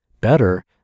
better